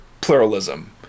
pluralism